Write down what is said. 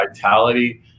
vitality